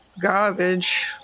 garbage